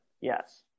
Yes